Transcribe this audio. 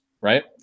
right